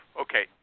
Okay